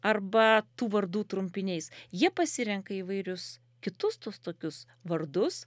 arba tų vardų trumpiniais jie pasirenka įvairius kitus tus tokius vardus